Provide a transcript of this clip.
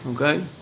Okay